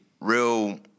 real